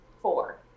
four